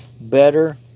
better